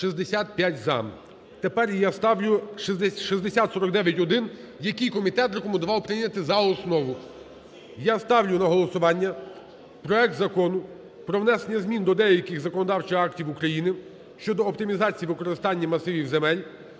65 – за. Тепер я ставлю 6049-1, який комітет рекомендував прийняти за основу. Я ставлю на голосування проект Закону про внесення змін до деяких законодавчих актів України щодо оптимізації використання масивів земель